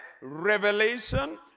revelation